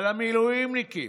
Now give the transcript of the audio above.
על המילואימניקים,